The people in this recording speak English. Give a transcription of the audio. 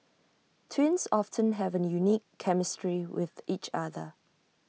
twins often have A unique chemistry with each other